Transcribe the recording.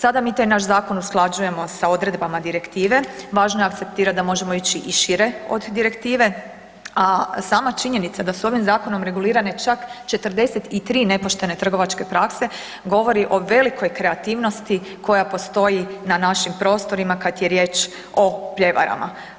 Sada mi taj naš zakon usklađujemo sa odredbama direktive, važno je akceptirat da možemo ić i šire od direktive, a sama činjenica da su ovim zakonom regulirane čak 43 nepoštene trgovačke prakse govori o velikoj kreativnosti koja postoji na našim prostorima kad je riječ o prijevarama.